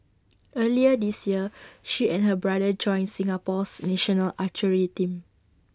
earlier this year she and her brother joined Singapore's national archery team